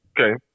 okay